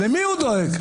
למי הוא דואג?